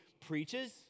preaches